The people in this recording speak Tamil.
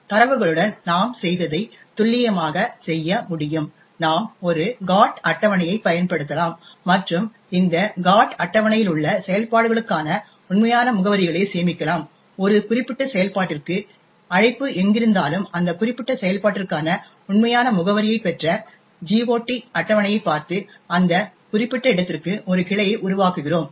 தரவுகளுடன் நாம் செய்ததை துல்லியமாக செய்ய முடியும் நாம் ஒரு GOT அட்டவணையைப் பயன்படுத்தலாம் மற்றும் இந்த GOT அட்டவணையில் உள்ள செயல்பாடுகளுக்கான உண்மையான முகவரிகளை சேமிக்கலாம் ஒரு குறிப்பிட்ட செயல்பாட்டிற்கு அழைப்பு எங்கிருந்தாலும் அந்த குறிப்பிட்ட செயல்பாட்டிற்கான உண்மையான முகவரியைப் பெற்ற GOT அட்டவணையைப் பார்த்து அந்த குறிப்பிட்ட இடத்திற்கு ஒரு கிளையை உருவாக்குகிறோம்